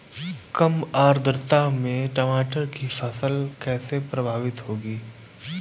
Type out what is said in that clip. कम आर्द्रता में टमाटर की फसल कैसे प्रभावित होगी?